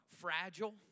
fragile